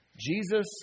Jesus